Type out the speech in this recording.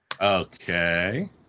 Okay